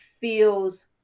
feels